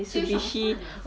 吃什么饭啊